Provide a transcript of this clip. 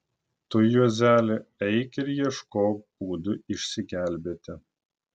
tu juozeli eik ir ieškok būdų išsigelbėti